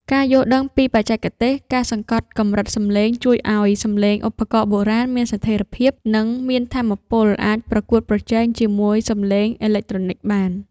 ការយល់ដឹងពីបច្ចេកទេស ការសង្កត់កម្រិតសំឡេង ជួយឱ្យសំឡេងឧបករណ៍បុរាណមានស្ថេរភាព និងមានថាមពលអាចប្រកួតប្រជែងជាមួយសំឡេងអេឡិចត្រូនិចបាន។